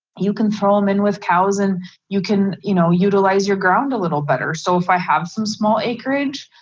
you can throw them in with cows and you can, you know, utilize your ground a little better. so if i have some small acreage,